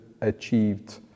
achieved